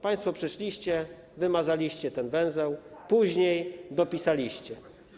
Państwo przyszliście, wymazaliście ten węzeł, później dopisaliście.